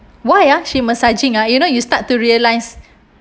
why ah she massaging ah you know you start to realise